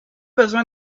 besoin